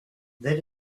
then